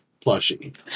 plushie